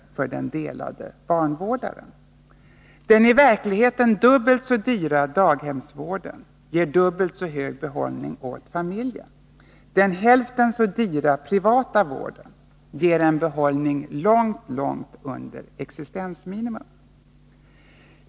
för den delade barnvårdaren. Den i verkligheten dubbelt så dyra daghemsvården ger dubbelt så hög behållning för familjen. Den hälften så dyra privata vården ger en behållning långt under existensminimum.